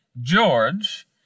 George